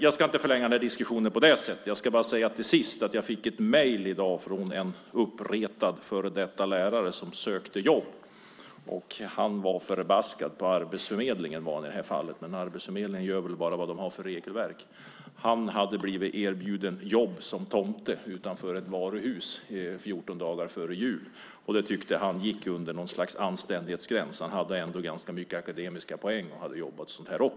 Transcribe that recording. Jag ska inte förlänga diskussionen. Jag vill bara säga att jag fick ett mejl i dag från en uppretad före detta lärare som sökte jobb. Han var förbaskad på arbetsförmedlingen - arbetsförmedlingen agerar väl bara efter regelverket. Han hade blivit erbjuden jobb som tomte utanför ett varuhus 14 dagar före jul. Det tyckte han gick under något slags anständighetsgräns. Han hade ändå ganska många akademiska poäng.